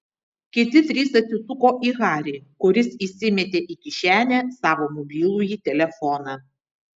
kiti trys atsisuko į harį kuris įsimetė į kišenę savo mobilųjį telefoną